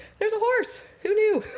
there's a horse. who knew?